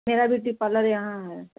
मेरा beauty parlour यहाँ है